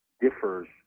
differs